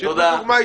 שייתנו דוגמה אישית.